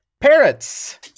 parrots